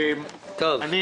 מהי התחושה.